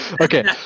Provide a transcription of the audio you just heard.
Okay